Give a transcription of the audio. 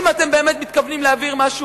אם אתם באמת מתכוונים להעביר משהו,